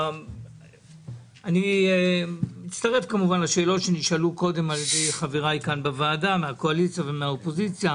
אני מצטרף לשאלות שנשאלו על ידי חבריי מהקואליציה ומהאופוזיציה.